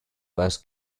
bass